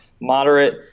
moderate